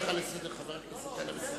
חבר הכנסת טלב אלסאנע,